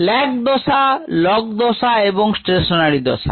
lag দশা log দশা এবং স্টেশনারি দশা